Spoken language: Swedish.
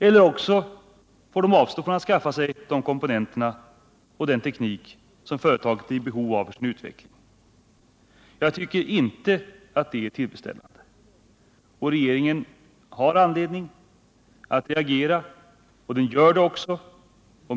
Eller också får företagen avstå från att skaffa sig de komponenter och den teknik som de är i behov av för sin utveckling. Jag tycker inte att det är tillfredsställande. Regeringen har anledning att reagera, och den gör det också.